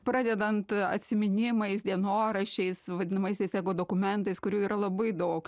pradedant atsiminimais dienoraščiais vadinamaisiais ego dokumentais kurių yra labai daug